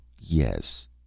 yes